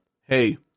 Hey